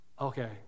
okay